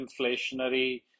inflationary